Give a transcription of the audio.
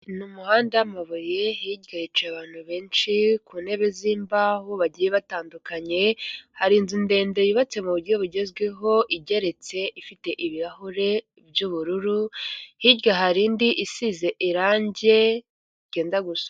Ni umuhanda w'amabuye hirya yicaye abantu benshi, ku ntebe z'imbaho bagiye batandukanye, hari inzu ndende yubatse mu buryo bugezweho, igeretse ifite ibirahure by'ubururu, hirya hari indi isize irange ryenda gusa.